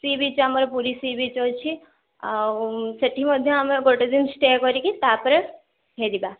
C beach ଆମର Puri sea beach ଅଛି ଆଉ ସେଠି ମଧ୍ୟ ଆମେ ଗୋଟେ ଦିନ ଷ୍ଟେ କରିକି ତା'ପରେ ଫେରିବା